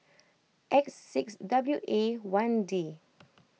X six W A one D